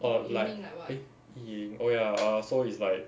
orh like eh yi ling oh ya err so is like